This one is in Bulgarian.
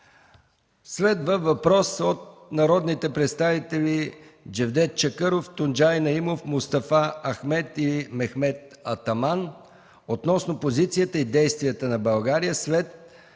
Следва въпрос от народните представители Джевдет Чакъров, Тунджай Наимов, Мустафа Ахмед и Мехмет Атаман относно позицията и действията на България,